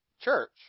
church